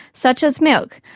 such as milk,